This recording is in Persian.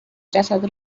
جسد